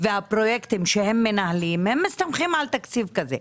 והפרויקטים שהם מנהלים הם מסתמכים על תקציב כזה.